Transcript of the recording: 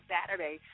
Saturday